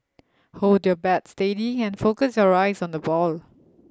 hold your bat steady and focus your eyes on the ball